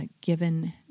given